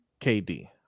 KD